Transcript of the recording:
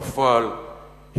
בפועל,